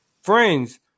friends